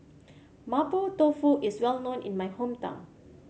Mapo Tofu is well known in my hometown